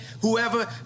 whoever